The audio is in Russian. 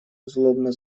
злобно